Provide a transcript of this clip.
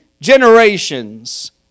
generations